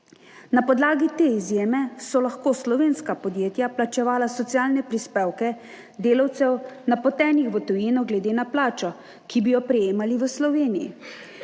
Na podlagi te izjeme so lahko slovenska podjetja plačevala socialne prispevke delavcev, napotenih v tujino, glede na plačo, ki bi jo prejemali v Sloveniji,